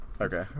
Okay